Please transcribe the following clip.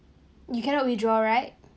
you cannot withdraw right